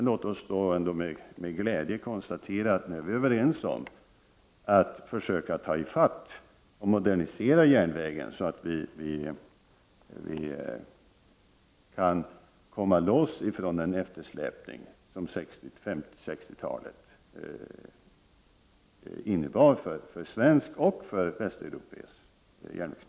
Låt oss ändå med glädje konstatera att vi nu är överens om att försöka komma i fatt utvecklingen och modernisera järnvägen så att vi kan komma ifrån den eftersläpning som 1950 och 1960-talet innebar för svensk och för västeuropeisk järnvägspolitik.